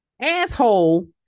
Asshole